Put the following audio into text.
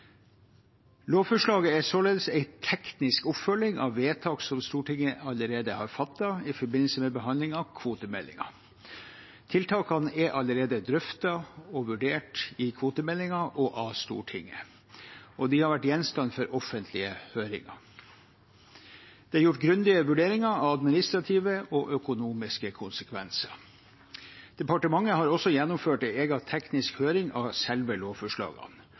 Lovforslaget er således en teknisk oppfølging av vedtak som Stortinget allerede har fattet i forbindelse med behandlingen av kvotemeldingen. Tiltakene er allerede drøftet og vurdert i kvotemeldingen og av Stortinget, og de har vært gjenstand for offentlige høringer. Det er gjort grundige vurderinger av administrative og økonomiske konsekvenser. Departementet har også gjennomført en egen teknisk høring om selve lovforslagene.